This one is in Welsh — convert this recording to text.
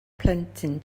plentyn